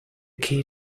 key